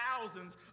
thousands